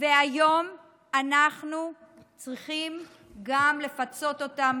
והיום אנחנו צריכים גם לפצות אותם